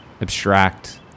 abstract